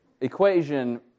equation